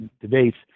debates